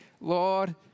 Lord